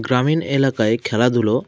গ্রামীণ এলাকায় খেলাধুলো